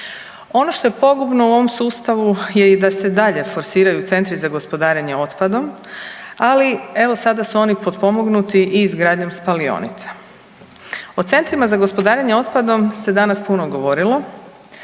Ono što je pogubno u ovom sustavu je i da se i dalje forsiraju centri za gospodarenje otpadom, ali evo sada su oni potpomognuti i izgradnjom spalionica. O centrima za gospodarenje otpadom se danas puno govorilo,